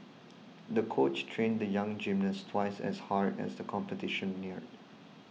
the coach trained the young gymnast twice as hard as the competition neared